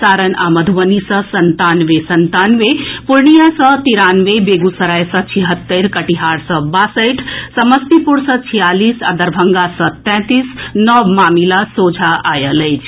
सारण आ मधुबनी सॅ संतानवे संतानवे पूर्णिया सॅ तिरानवे बेगूसराय सॅ छिहत्तरि कटिहार सॅ बासठि समस्तीपुर सॅ छियालीस आ दरभंगा सॅ तैंतीस नव मामिला सोझा आयल अछि